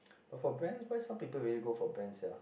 but for brands why some people really go for brands sia